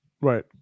Right